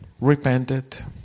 repented